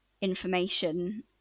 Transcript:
information